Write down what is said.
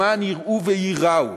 למען יראו וייראו.